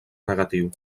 negatiu